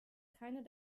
keine